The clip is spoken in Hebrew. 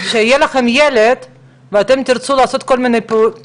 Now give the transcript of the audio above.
כשיהיה לכם ילד ואתם תרצו לעשות כל מיני פעולות טבעיות,